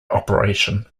operation